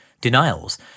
denials